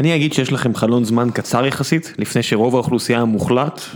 אני אגיד שיש לכם חלון זמן קצר יחסית, לפני שרוב האוכלוסייה המוחלט.